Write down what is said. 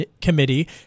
committee